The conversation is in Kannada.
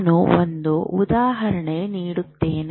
ನಾನು ಒಂದು ಉದಾಹರಣೆ ನೀಡುತ್ತೇನೆ